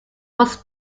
was